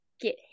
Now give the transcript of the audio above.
get